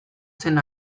zen